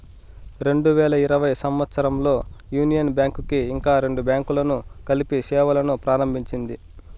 రెండు వేల ఇరవై సంవచ్చరంలో యూనియన్ బ్యాంక్ కి ఇంకా రెండు బ్యాంకులను కలిపి సేవలును ప్రారంభించింది